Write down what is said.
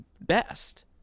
best